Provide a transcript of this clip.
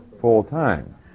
full-time